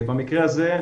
במקרה הזה,